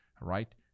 right